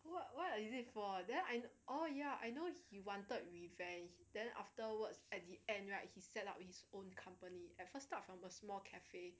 what what is it for then I uh ya I know he wanted revenge then afterwards at the end right he set up his own company at first start from a small cafe